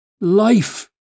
life